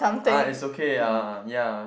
ah is okay ah ya